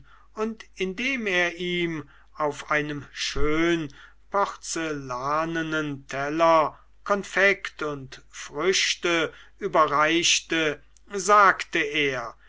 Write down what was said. und indem er ihm auf einem schön porzellanenen teller konfekt und früchte überreichte sagte er